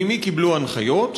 ממי קיבלו הנחיות?